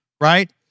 right